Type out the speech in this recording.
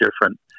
different